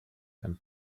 and